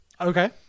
Okay